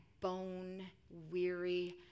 bone-weary